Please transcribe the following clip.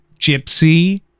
gypsy